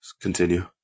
continue